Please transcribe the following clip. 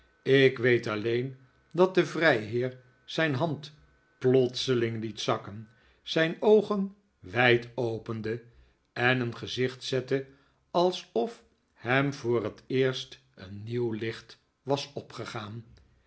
ik weet alleen dat de vrijheer zijn hand plotseling liet zakken zijn oogen wijd opende en een gezicht zette alsof hem voor het eerst een nieuw licht was opgegaan